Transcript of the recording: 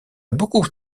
beaucoup